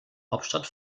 hauptstadt